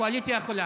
הקואליציה יכולה.